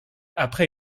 après